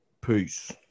Peace